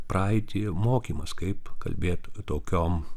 praeitį mokymas kaip kalbėt tokiom